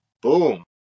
Boom